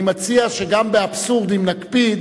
אני מציע שגם באבסורדים נקפיד,